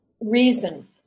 reason